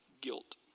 guilt